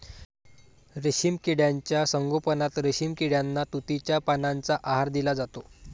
रेशीम किड्यांच्या संगोपनात रेशीम किड्यांना तुतीच्या पानांचा आहार दिला जातो